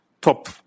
top